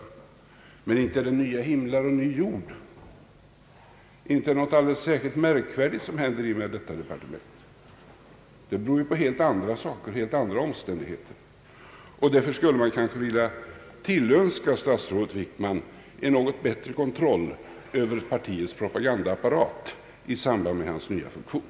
Men inte är det nya himlar och ny jord! Inte är det något alldeles särskilt märkvärdigt som händer i och med inrättandet av detta departement. Utvecklingen beror på helt andra omständigheter, och därför skulle jag vilja tillönska statsrådet Wickman en något bättre kontroll över partiets propagandaapparat i samband med hans nya funktion.